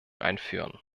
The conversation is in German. einführen